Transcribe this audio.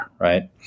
right